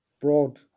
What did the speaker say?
broad